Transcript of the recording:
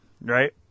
right